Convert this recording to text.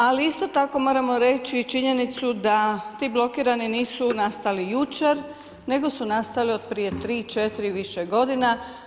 Ali isto tako moramo reći i činjenicu da ti blokirani nisu nastali jučer, nego su nastali od prije tri, četiri i više godina.